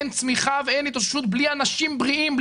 אין צמיחה ואין התאוששות בלי אנשים בריאים,